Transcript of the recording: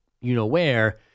you-know-where